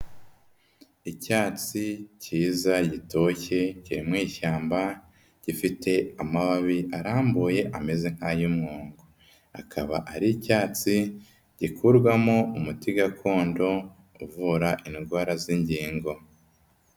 Icyatsi kiza gitoshye kiri mu ishyamba gifite amababi arambuye ameze nk'ayumwongo, akaba ari icyatsi gikurwamo umuti gakondo uvura indwara z'ingingo.